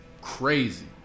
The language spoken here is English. crazy